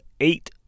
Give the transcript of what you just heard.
eight